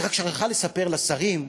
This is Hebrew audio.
היא רק שכחה לספר לשרים,